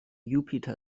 jupiter